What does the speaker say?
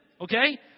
Okay